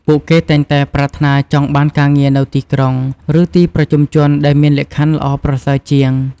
ពួកគេតែងតែប្រាថ្នាចង់បានការងារនៅទីក្រុង ឬទីប្រជុំជនដែលមានលក្ខខណ្ឌល្អប្រសើរជាង។